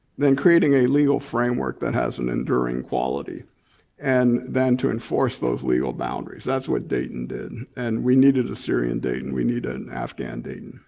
then creating a legal framework that has an enduring quality and then to enforce those legal boundaries. that's what dayton did. and we needed a syrian dayton, we needed an afghan dayton.